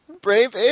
Brave